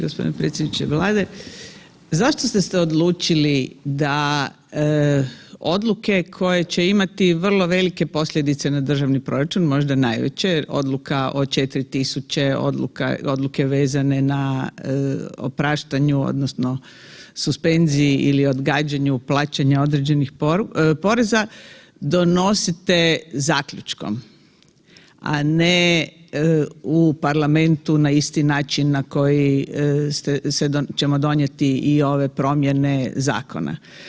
Gospodine predsjedniče Vlade, zašto ste se odlučili da odluke koje će imati vrlo velike posljedice na državni proračun, možda najveće jer odluka o 4.000, odluke vezane na opraštanju odnosno suspenziji ili odgađanju plaćanja određenih poreze donosite zaključkom, a ne u parlamentu na isti način na koji ćemo donijeti i ove promjene zakona.